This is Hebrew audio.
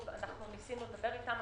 ניסינו לדבר איתם,